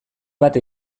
bat